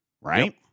right